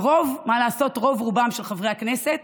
ומה לעשות, רוב-רובם של חברי הכנסת